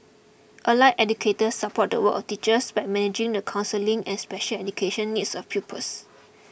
allied educators support the work of teachers by managing the counselling and special education needs of pupils